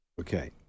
okay